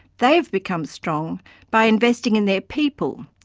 they have become strong by investing in their people,